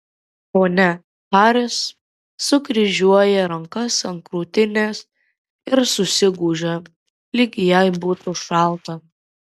ponia haris sukryžiuoja rankas ant krūtinės ir susigūžia lyg jai būtų šalta